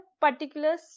particular